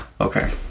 Okay